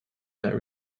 not